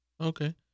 Okay